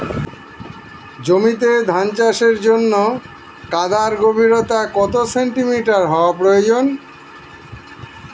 জমিতে ধান চাষের জন্য কাদার গভীরতা কত সেন্টিমিটার হওয়া প্রয়োজন?